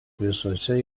visuose